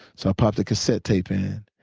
so i popped the cassette tape in.